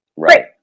Right